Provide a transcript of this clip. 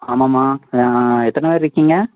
ஆமாம்மா ஆ எத்தனை பேர் இருக்கீங்க